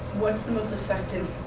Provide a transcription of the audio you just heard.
what's the most effective